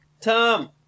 Tom